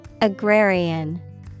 Agrarian